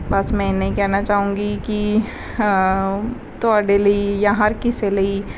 ਬਸ ਮੈਂ ਇੰਨਾ ਹੀ ਕਹਿਣਾ ਚਾਹੂੰਗੀ ਕਿ ਤੁਹਾਡੇ ਲਈ ਜਾਂ ਹਰ ਕਿਸੇ ਲਈ